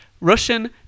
Russian